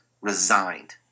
resigned